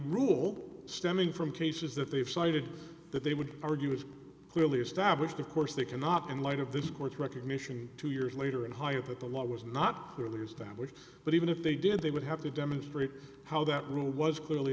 rule stemming from cases that they've cited that they would argue is clearly established of course they cannot in light of this court's recognition two years later and higher that the law was not clearly established but even if they did they would have to demonstrate how that rule was clearly